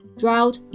drought